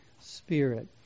Spirit